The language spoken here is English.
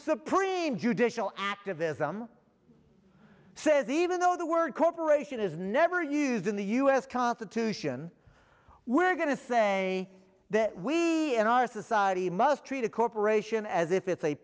supreme judicial activism says even though the word corporation is never used in the u s constitution we're going to say that we and our society must treat a corporation as if it's a